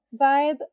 vibe